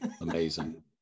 Amazing